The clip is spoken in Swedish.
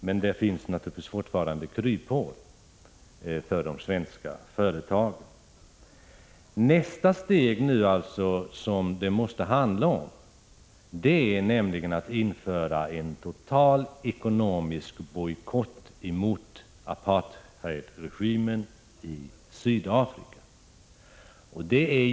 Men det finns naturligtvis fortfarande kryphål för de svenska företagen. Nästa steg som måste tas är att man inför en total ekonomisk bojkott mot apartheidregimen i Sydafrika.